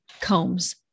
combs